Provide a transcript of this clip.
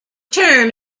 term